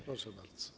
Proszę bardzo.